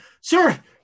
sir